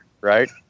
right